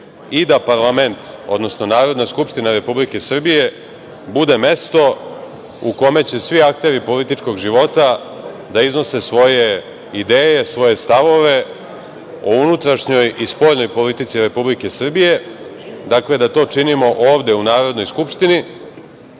i da parlament, odnosno Narodna skupština Republike Srbije, bude mesto u kome će svi akteri političkog života da iznose svoje ideje, svoje stavove o unutrašnjoj i spoljnoj politici Republike Srbije. Dakle, da to činimo ovde u Narodnoj skupštini,